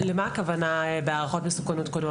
למה הכוונה בהערכות מסוכנות קודמות?